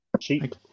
Cheap